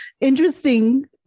interesting